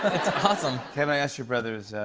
awesome. kevin, i asked your brothers,